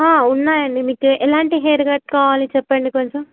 ఉన్నాయి అండి మీకు ఎలాంటి హెయిర్ కట్ కావాలి చెప్పండి కొంచెం